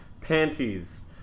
Panties